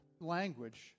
language